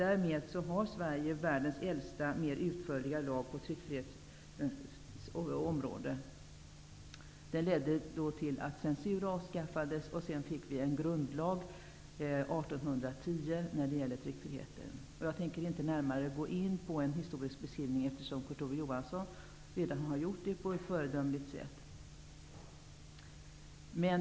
Därmed har Sverige världens äldsta mer utförliga lag på tryckfrihetens område. Censuren avskaffades. 1810 infördes en grundlag om tryckfriheten. Jag tänker inte närmare gå in på en historisk beskrivning, eftersom Kurt Ove Johansson redan har gjort en sådan beskrivning på ett föredömligt sätt.